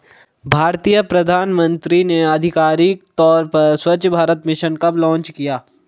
भारतीय प्रधानमंत्री ने आधिकारिक तौर पर स्वच्छ भारत मिशन कब लॉन्च किया?